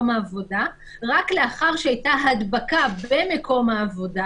העבודה רק לאחר שהייתה הדבקה במקום העבודה